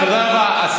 מיכל, תודה רבה.